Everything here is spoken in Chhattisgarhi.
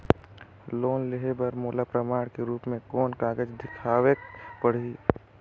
लोन लेहे बर मोला प्रमाण के रूप में कोन कागज दिखावेक पड़ही?